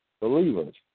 believers